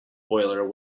boiler